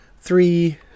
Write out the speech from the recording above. three